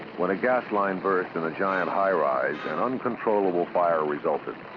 when a gas line burst in a giant high-rise, an uncontrollable fire resulted.